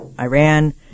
Iran